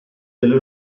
delle